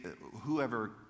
whoever